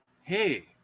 Hey